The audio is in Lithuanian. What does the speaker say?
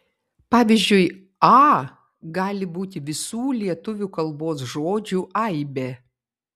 pavyzdžiui a gali būti visų lietuvių kalbos žodžių aibė